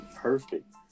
perfect